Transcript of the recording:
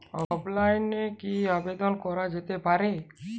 অফলাইনে কি আবেদন করা যেতে পারে?